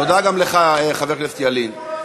תודה גם לך, חבר הכנסת ילין.